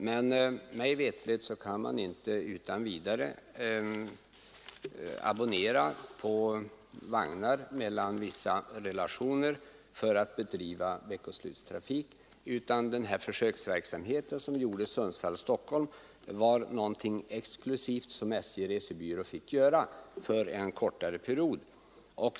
Men mig veterligt kan man inte utan vidare abonnera på vagnar mellan vissa relationer för att bedriva veckoslutstrafik, utan den försöksverksamhet som genomfördes på sträckan Sundsvall-Stockholm var någonting exklusivt som SJ resebyrå fick göra för en kortare period.